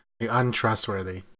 Untrustworthy